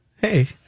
Hey